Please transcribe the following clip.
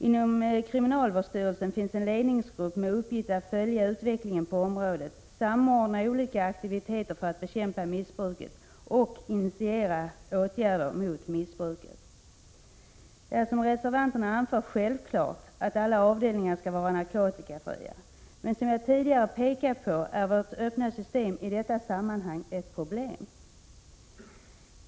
Inom kriminalvårdsstyrelsen fins en ledningsgrupp med uppgift att följa utvecklingen på området, samordna olika aktiviteter för att bekämpa missbruket och initiera åtgärder mot missbruket. Det är som reservanterna anför självklart att alla avdelningar skall vara narkotikafria, men som jag tidigare påpekade är vårt öppna system i detta sammanhang ett problem.